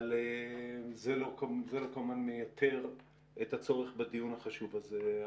זה כמובן לא מייתר את הצורך בדיון החשוב הזה.